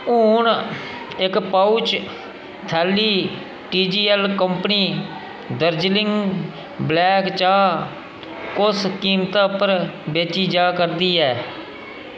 हून इक पउच थैली टीजीऐल्ल कंपनी दार्जिलिंग ब्लैक चाह् कुस कीमता उप्पर बेची जा करदी ऐ